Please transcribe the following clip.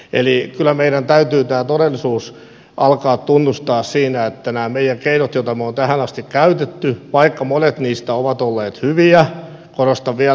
eli kyllä meidän täytyy tämä todellisuus alkaa tunnustaa siinä että nämä meidän keinomme joita me olemme tähän asti käyttäneet vaikka monet niistä ovat olleet hyviä korostan vielä